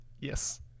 Yes